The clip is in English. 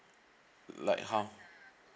like how